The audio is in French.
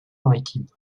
maritime